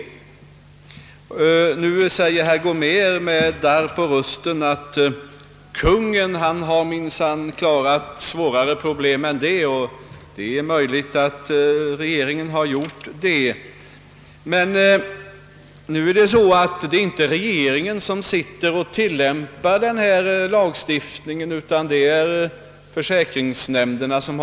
Herr Gomér säger med darr på rösten, att kungen har minsann klarat svårare problem, och det är möjligt att regeringen har gjort det. Men det är ju inte regeringen som har att tillämpa denna lagstiftning, utan det skall försäkringsnämnderna göra.